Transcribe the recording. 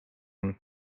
olnud